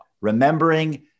remembering